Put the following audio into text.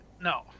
No